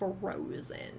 frozen